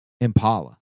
Impala